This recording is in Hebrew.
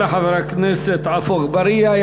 תודה לחבר הכנסת עפו אגבאריה.